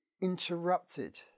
interrupted